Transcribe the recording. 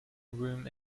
room